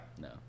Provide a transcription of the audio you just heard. no